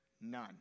None